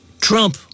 Trump